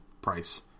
price